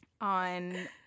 on